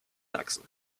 sachsen